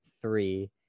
three